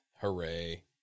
Hooray